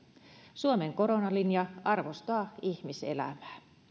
suomen koronalinja arvostaa ihmiselämää